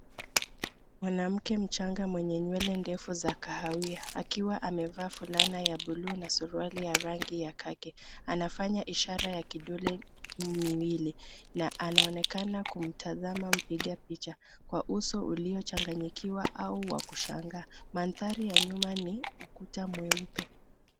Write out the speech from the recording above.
Mwanamke mchanga mwenye nywele ndefu za kahawia akiwa amevaa fulana ya buluu na suruali ya rangi ya kaki. Anafanya ishara ya kidole miwili na anaonekana kumtazama mpiga pichwa kwa uso uliochanganyikiwa au wa kushangaa. Mandhari ya nyuma ni ukuta mweupe.